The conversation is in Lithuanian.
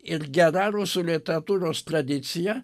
ir gera rusų literatūros tradicija